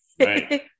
Right